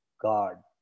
God